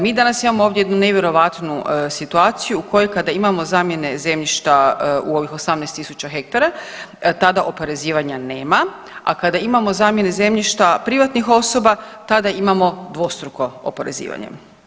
Mi danas imamo ovdje jednu nevjerojatnu situaciju u kojoj kada imamo zamjene zemljišta u ovih 18 tisuća hektara tada oporezivanja nema, a kada imamo zamjene zemljišta privatnih osoba tada imamo dvostruko oporezivanje.